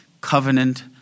covenant